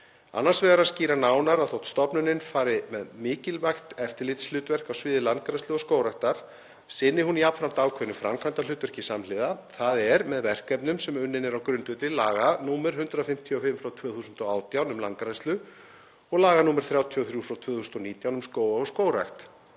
Annars vegar að skýra nánar að þótt stofnunin fari með mikilvægt eftirlitshlutverk á sviði landgræðslu og skógræktar sinni hún jafnframt ákveðnu framkvæmdahlutverki samhliða, þ.e. með verkefnum sem unnin eru á grundvelli laga nr. 155/2018, um landgræðslu, og laga nr. 33/2019, um skóga og skógrækt.